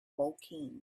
woking